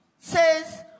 says